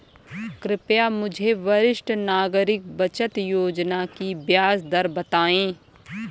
कृपया मुझे वरिष्ठ नागरिक बचत योजना की ब्याज दर बताएं